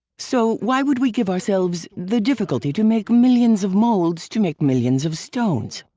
so why would we give ourselves. the difficulty to make millions of molds to make millions of stones,